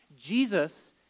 Jesus